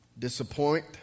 disappoint